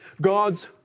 God's